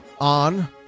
on